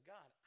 God